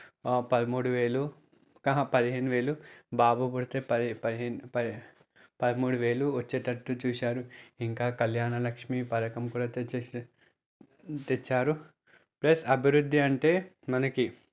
పదమూడు వేలు పదిహేను వేలు బాబు పుడితే పదమూడు వేలు వచ్చేటట్టు చూశారు ఇంకా కళ్యాణ లక్ష్మీ పథకం కూడా తెచ్చే తెచ్చారు ప్లస్ అభివృద్ధి అంటే మనకు